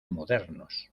modernos